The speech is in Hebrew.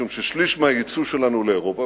משום ששליש מהיצוא שלנו הוא לאירופה,